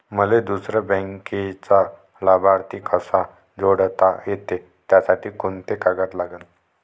मले दुसऱ्या बँकेचा लाभार्थी कसा जोडता येते, त्यासाठी कोंते कागद लागन?